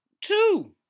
two